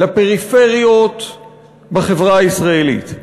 לפריפריות בחברה הישראלית.